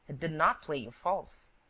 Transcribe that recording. did not play you false.